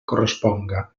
corresponga